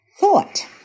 Thought